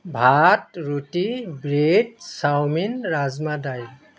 ভাত ৰুটি bread chow mein rajma দাইল